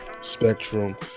spectrum